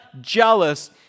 jealous